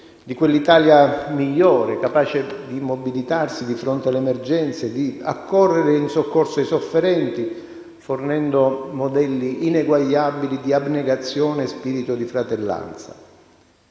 di quell'Italia migliore, capace di mobilitarsi di fronte alle emergenze, di accorrere in soccorso ai sofferenti, fornendo modelli ineguagliabili di abnegazione e spirito di fratellanza.